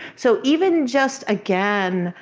so even just, again,